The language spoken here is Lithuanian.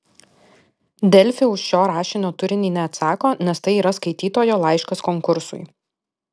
delfi už šio rašinio turinį neatsako nes tai yra skaitytojo laiškas konkursui